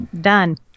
done